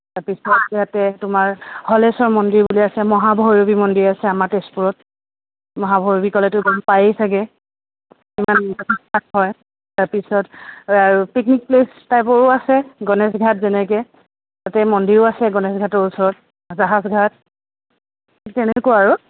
তাৰপিছত ইয়াতে তোমাৰ হলেশ্বৰ মন্দিৰ বুলি আছে মহাভৈৰৱী মন্দিৰ আছে আমাৰ তেজপুৰত মহাভৈৰৱী ক'লেতো গম পায়েই চাগৈ তাৰপিছত আৰু পিকনিক প্লেচ টাইপৰো আছে গণেশ ঘাট যেনেকৈ তাতে মন্দিৰো আছে গণেশ ঘাটৰ ওচৰত জাহাজ ঘাট সেই তেনেকুৱা আৰু